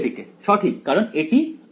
নিচের দিকে সঠিক কারণ এটি r r′